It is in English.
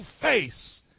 face